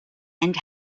and